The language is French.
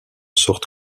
sorte